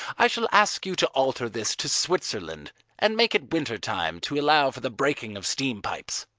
i shall ask you to alter this to switzerland and make it winter time to allow for the breaking of steam-pipes.